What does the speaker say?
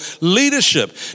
leadership